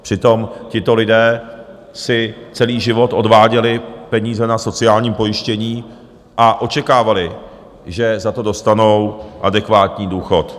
Přitom tito lidé si celý život odváděli peníze na sociální pojištění a očekávali, že za to dostanou adekvátní důchod.